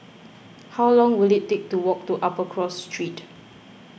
how long will it take to walk to Upper Cross Street